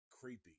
creepy